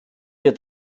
wir